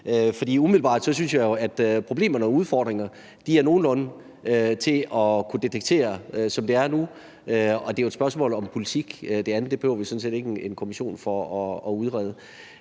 For umiddelbart synes jeg jo, at problemerne og udfordringerne er nogenlunde til at detektere, som det er nu, og det er jo et spørgsmål om politik. Det andet behøver vi sådan set ikke en kommission for at udrede.